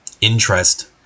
interest